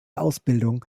ausbildung